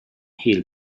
hill